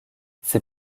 ces